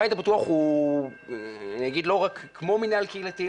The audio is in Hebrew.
הבית הפתוח הוא לא רק כמו מינהל קהילתי,